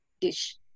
dish